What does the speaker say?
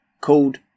called